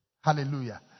Hallelujah